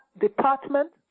department